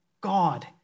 God